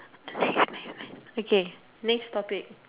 okay next topic